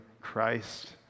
Christ